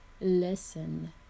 listen